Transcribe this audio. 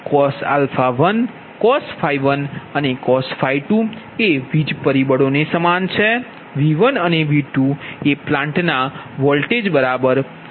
cos 1 અને cos 2 વીજ પરિબળો સમાન છે V1 અને V2એ પ્લાન્ટ ના વોલ્ટેજ બરાબર છે